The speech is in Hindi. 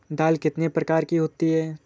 दाल कितने प्रकार की होती है?